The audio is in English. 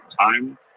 time